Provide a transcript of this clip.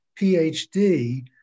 PhD